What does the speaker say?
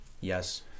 Yes